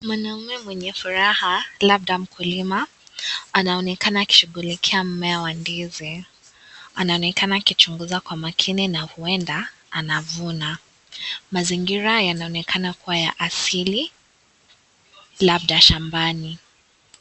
Mwanaume mwenye furaha labda mkulima anaonekana akishughulikia mmea wa ndizi, anaonekana akichunguza kwa makini na huenda anavuna mazingira yanaonekana kuwa ya asili labda shambani.